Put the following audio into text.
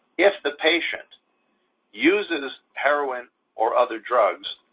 if the patient uses heroin or other drugs,